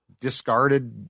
discarded